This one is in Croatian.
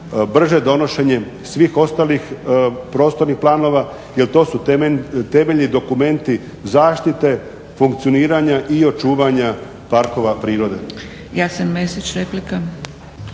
brže donošenje svih ostalih prostornih planova jer to su temeljni dokumenti zaštite funkcioniranja i očuvanja parkova prirode.